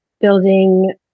building